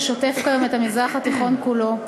ששוטף את המזרח התיכון כולו,